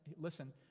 listen